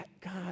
God